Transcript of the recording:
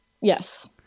Yes